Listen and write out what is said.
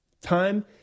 Time